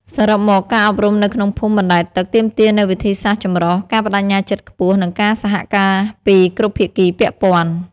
សរុបមក ការអប់រំនៅក្នុងភូមិបណ្តែតទឹកទាមទារនូវវិធីសាស្រ្តចម្រុះ ការប្តេជ្ញាចិត្តខ្ពស់ និងការសហការពីគ្រប់ភាគីពាក់ព័ន្ធ។